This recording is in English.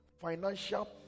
financial